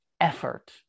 effort